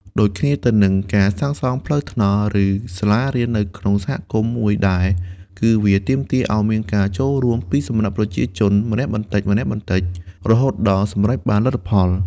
ដូចគ្នាទៅនឹង ការសាងសង់ផ្លូវថ្នល់ ឬសាលារៀននៅក្នុងសហគមន៍មួយដែរ គឺវា ទាមទារឱ្យមានការចូលរួមពីប្រជាជនម្នាក់បន្តិចៗ រហូតដល់សម្រេចបានលទ្ធផល។